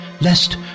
Lest